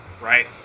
right